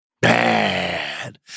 bad